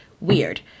weird